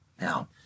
Now